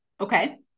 Okay